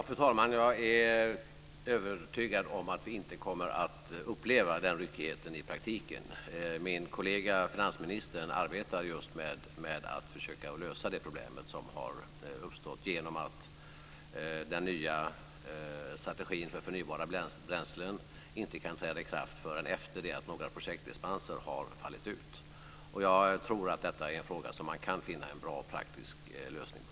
Fru talman! Jag är övertygad om att vi inte kommer att uppleva den ryckigheten i praktiken. Min kollega finansministern arbetar just med att försöka lösa det problem som har uppstått genom att den nya strategin för förnybara bränslen inte kan träda i kraft förrän efter det att några projektdispenser har fallit ut. Jag tror att detta är en fråga som man kan finna en bra och praktisk lösning på.